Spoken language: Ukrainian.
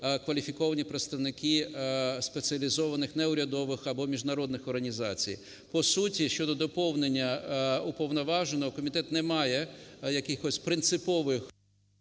кваліфіковані представники спеціалізованих неурядових або міжнародних організацій. По суті щодо доповнення уповноваженого, комітет не має якихось принципових…